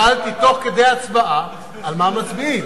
אני שאלתי תוך כדי הצבעה על מה מצביעים.